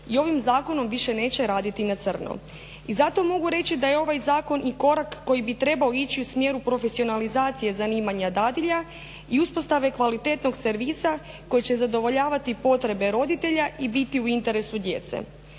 i ovim zakonom više neće raditi na crno. I zato mogu reći da je ovaj zakon i korak koji bi trebao ići u smjeru profesionalizacije zanimanja dadilja i uspostave kvalitetnog servisa koji će zadovoljavati potrebe roditelja i biti u interesu djece.